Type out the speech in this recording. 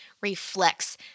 reflects